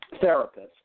therapist